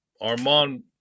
Armand